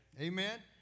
Amen